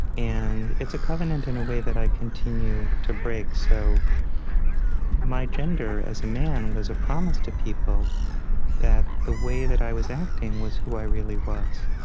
and it's a covenant in a way that i continue to break so my gender as a man was a promise to people that the way that i was acting was who i really was.